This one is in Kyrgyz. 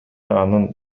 анын